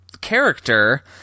character